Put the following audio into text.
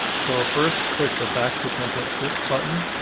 so first, click the back to template kit button.